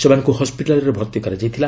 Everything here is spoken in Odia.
ସେମାନଙ୍କୁ ହିସ୍କିଟାଲରେ ଭର୍ତ୍ତି କରାଯାଇଥିଲା